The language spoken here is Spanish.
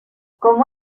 como